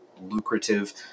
lucrative